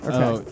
Okay